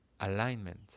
alignment